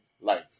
life